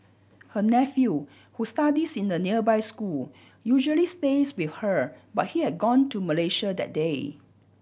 her nephew who studies in a nearby school usually stays with her but he had gone to Malaysia that day